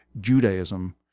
Judaism